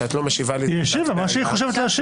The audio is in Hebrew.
היא השיבה מה שהיא חושבת להשיב.